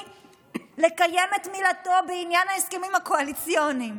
שיקיים את מילתו בעניין ההסכמים הקואליציוניים.